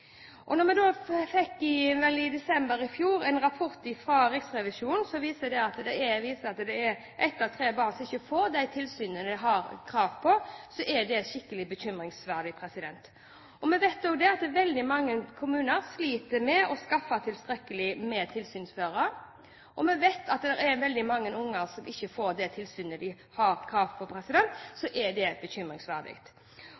Og når vi da – det var vel i desember i fjor – fikk en rapport fra Riksrevisjonen som viser at ett av tre barn ikke får det tilsynet de har krav på, så er det skikkelig bekymringsfullt. Vi vet også at mange kommuner sliter med å skaffe tilstrekkelig med tilsynsførere, slik at veldig mange barn ikke får det tilsynet de har krav på.